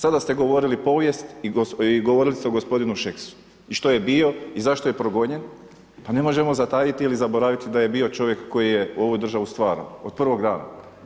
Sada ste govorili povijesti i govorili ste o gospodinu Šeksu i što je bio i zašto je progonjen, pa ne možemo zatajiti ili zaboraviti da je bio čovjek koji je ovu državu stvarao od prvog dana.